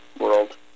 world